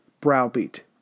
browbeat